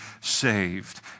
saved